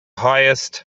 highest